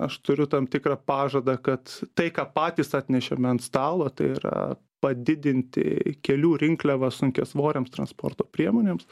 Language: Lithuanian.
aš turiu tam tikrą pažadą kad tai ką patys atnešėme ant stalo tai yra padidinti kelių rinkliavą sunkiasvorėms transporto priemonėms